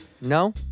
No